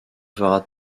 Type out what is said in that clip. fera